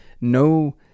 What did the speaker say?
no